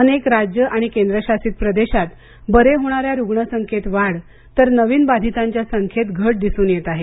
अनेक राज्य आणि केंद्रशासित प्रदेशात बरे होणाऱ्या रुग्णसंख्येत वाढ तर नवीन बाधितांच्या संख्येत घट दिसून येत आहे